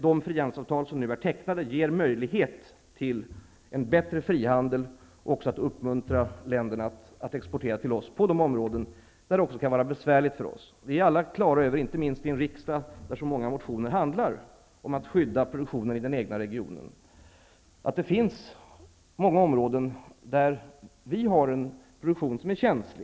De frihandelsavtal som nu är tecknade ger möjlighet till en bättre frihandel och möjligheter att uppmuntra dessa länder att exportera till oss på de områden där det kan vara besvärligt för oss. Inte minst i en riksdag, där så många motioner handlar om att skydda produktionen i den egna regionen, är vi alla klara över att det finns många områden där vi har en produktion som är känslig.